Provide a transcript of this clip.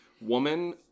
woman